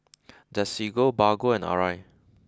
Desigual Bargo and Arai